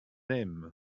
aime